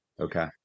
Okay